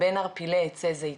בין ערפילי עצי זיתים,